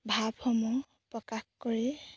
ভাবসমূহ প্ৰকাশ কৰি